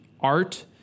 art